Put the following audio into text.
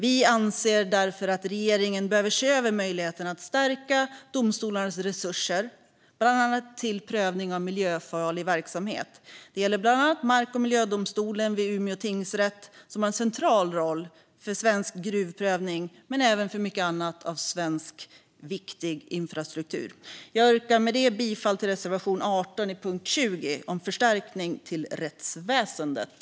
Vi anser därför att regeringen behöver se över möjligheten att stärka domstolarnas resurser, bland annat för prövning av miljöfarlig verksamhet. Det gäller bland annat mark och miljödomstolen vid Umeå tingsrätt som har en central roll för svensk gruvprövning men även för mycket annat av svensk viktig infrastruktur. Jag yrkar med det bifall till reservation 18 under punkt 20 om förstärkning till rättsväsendet.